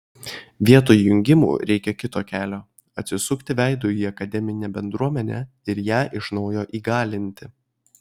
vietoj jungimų reikia kito kelio atsisukti veidu į akademinę bendruomenę ir ją iš naujo įgalinti